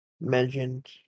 mentioned